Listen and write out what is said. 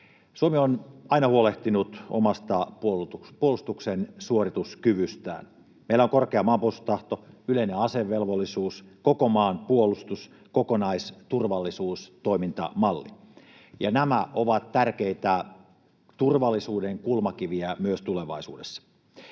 Suomi on aina huolehtinut omasta puolustuksen suorituskyvystään. Meillä on korkea maanpuolustustahto, yleinen asevelvollisuus, koko maan puolustus — kokonaisturvallisuustoimintamalli — ja nämä ovat tärkeitä turvallisuuden kulmakiviä myös tulevaisuudessa.